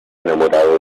enamorado